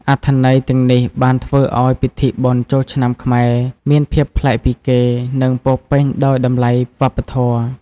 អត្ថន័យទាំងនេះបានធ្វើឲ្យពិធីបុណ្យចូលឆ្នាំខ្មែរមានភាពប្លែកពីគេ និងពោរពេញដោយតម្លៃវប្បធម៌។